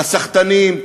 לסחטנים,